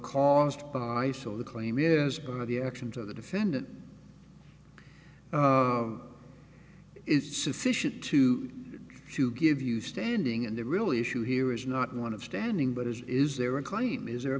caused by so the claim is going to the actions of the defendant it's sufficient to to give you standing and the real issue here is not one of standing but is is there a claim is there a